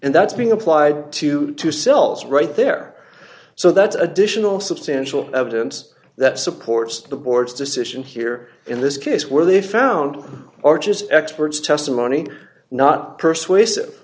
and that's being applied to two cells right there so that's additional substantial evidence that supports the board's decision here in this case where they found arches experts testimony not persuasive